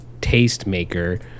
tastemaker